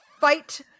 fight